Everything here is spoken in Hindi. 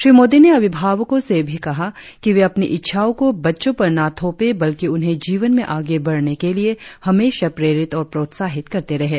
श्री मोदी ने अभिभावकों से भी कहा कि वे अपनी इच्छाओं को बच्चों पर न थोपे बल्कि उन्हें जीवन में आगे बढ़ने के लिए हमेशा प्रेरित और प्रोत्साहित करते रहें